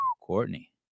Courtney